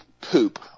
poop